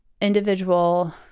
individual